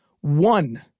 One